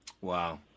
Wow